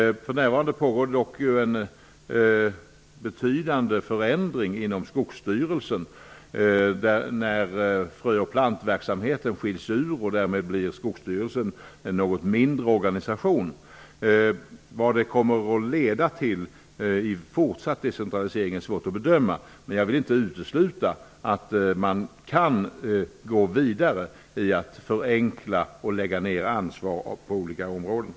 Nu pågår dock en betydande förändring inom Skogsstyrelsen. Fröoch plantverksamheten skiljs ut, och därmed blir Vad det kommer att leda till i fortsatt decentralisering är svårt att bedöma. Men jag vill inte utesluta att man kan gå vidare på olika områden med att förenkla och flytta ned ansvar.